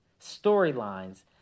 storylines